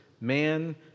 man